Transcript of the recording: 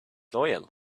loyal